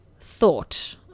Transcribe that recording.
thought